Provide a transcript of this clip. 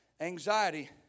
Anxiety